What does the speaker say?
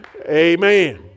Amen